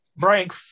frank